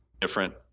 different